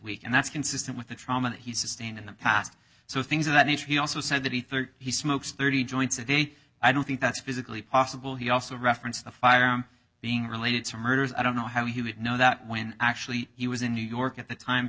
weak and that's consistent with the trauma that he sustained in the past so things of that nature he also said that he thirty he smokes thirty joints a day i don't think that's physically possible he also referenced the firearm being related to murders i don't know how he would know that when actually he was in new york at the time